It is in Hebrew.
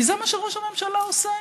כי זה מה שראש הממשלה עושה.